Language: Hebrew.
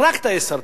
רק תאי סרטן.